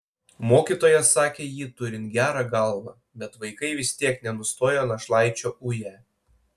mokytojas sakė jį turint gerą galvą bet vaikai vis tiek nenustojo našlaičio uję